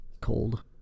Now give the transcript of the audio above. cold